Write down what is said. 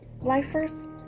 lifers